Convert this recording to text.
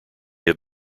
have